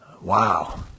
Wow